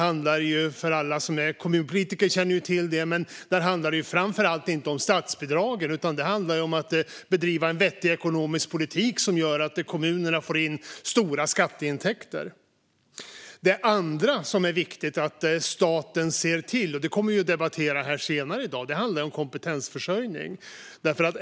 Alla som är kommunpolitiker vet att det inte handlar om framför allt statsbidragen utan att det handlar om att bedriva en vettig ekonomisk politik som gör att kommunerna får in stora skatteintäkter. Det andra som är viktigt att staten ser till, och det kommer vi att debattera senare i dag, är kompetensförsörjningen.